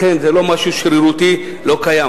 לכן זה לא משהו שרירותי, לא קיים.